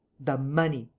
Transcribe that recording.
the money.